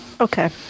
Okay